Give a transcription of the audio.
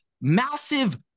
Massive